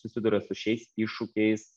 susiduria su šiais iššūkiais